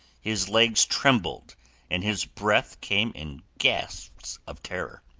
his legs trembled and his breath came in gasps of terror.